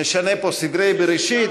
נשנה פה סדרי בראשית,